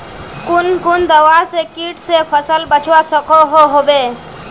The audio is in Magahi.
कुन कुन दवा से किट से फसल बचवा सकोहो होबे?